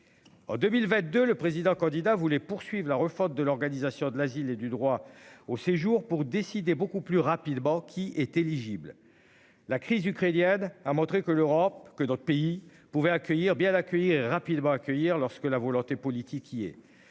En 2022, le président candidat voulait poursuivent la refonte de l'organisation de l'asile et du droit au séjour pour décider beaucoup plus rapidement. Qui est éligible. La crise ukrainienne a montré que l'Europe, que notre pays pouvait accueillir bien accueilli rapidement accueillir lorsque la volonté politique qui est